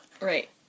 Right